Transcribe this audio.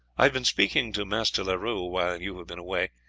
i have been speaking to master leroux while you have been away,